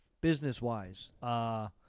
Business-wise